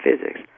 physics